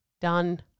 done